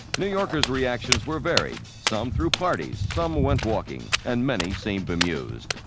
new yorkers' reactions were varied. some threw parties, some went walking and many seemed bemused.